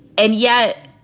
and yet,